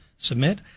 submit